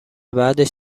بعدش